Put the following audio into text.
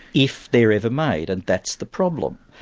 if they're ever made, and that's the problem.